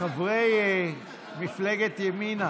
חברי מפלגת ימינה,